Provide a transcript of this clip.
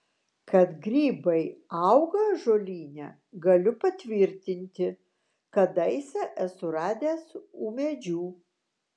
kad grybai auga ąžuolyne galiu patvirtinti kadaise esu radęs ūmėdžių